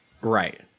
Right